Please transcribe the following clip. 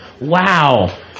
Wow